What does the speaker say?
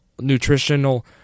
nutritional